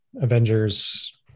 avengers